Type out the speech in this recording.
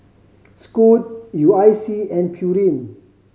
Scoot U I C and Pureen